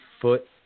foot